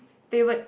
favourite